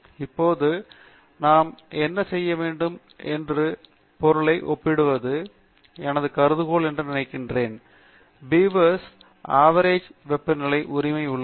இப்போது நாம் என்ன செய்ய வேண்டும் என்பது மேலும் பொருளை ஒப்பிடுவது என் கருதுகோள் என்று நினைக்கிறேன் இந்த இரண்டு பீவர்ஸ் அதே ஆவெரேஜ் வெப்பநிலை உரிமை உள்ளது